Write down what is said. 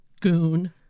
goon